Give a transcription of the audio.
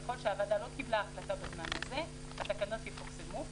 ככל שהוועדה לא קיבלה החלטה בזמן הזה התקנות יפורסמו.